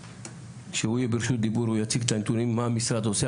הוא יציג את הנתונים מה המשרד עושה,